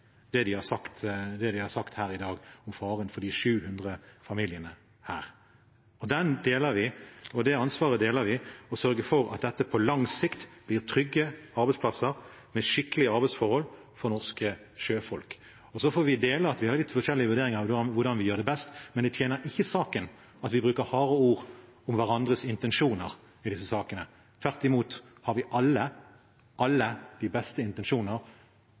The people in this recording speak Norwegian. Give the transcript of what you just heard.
det de har sagt her i dag om faren for de 700 familiene. Den oppfatningen deler vi. Og det ansvaret deler vi: å sørge for at dette på lang sikt blir trygge arbeidsplasser, med skikkelige arbeidsforhold for norske sjøfolk. Så får vi være enige om at vi har litt forskjellige vurderinger av hvordan vi best gjør det, men det tjener ikke saken at vi bruker harde ord om hverandres intensjoner i disse sakene. Tvert imot har vi alle – alle – de beste intensjoner